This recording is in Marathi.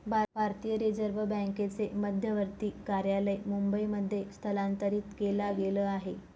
भारतीय रिझर्व बँकेचे मध्यवर्ती कार्यालय मुंबई मध्ये स्थलांतरित केला गेल आहे